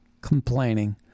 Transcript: complaining